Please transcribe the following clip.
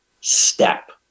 step